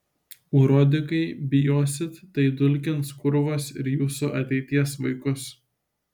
urodikai bijosit tai dulkins kurvos ir jūsų ateities vaikus